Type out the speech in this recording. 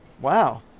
Wow